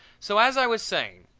so, as i was saying,